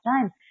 time